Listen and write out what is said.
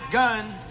guns